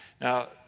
Now